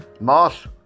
mass